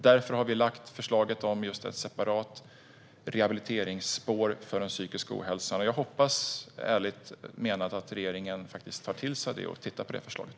Vi har lagt fram förslaget om ett separat rehabiliteringsspår för den psykiska ohälsan, och jag hoppas ärligt menat att regeringen tar till sig av det och tittar på förslaget.